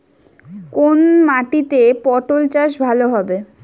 কোন মাটিতে পটল চাষ ভালো হবে?